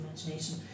imagination